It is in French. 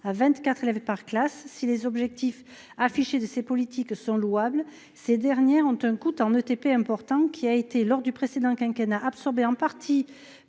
à 24 élèves par classe, si les objectifs affichés de ces politiques sont louables, ces dernières ont un coût en ETP important qui a été lors du précédent quinquennat absorber en partie